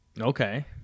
Okay